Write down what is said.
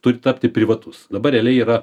turi tapti privatus dabar realiai yra